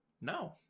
No